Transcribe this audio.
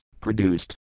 produced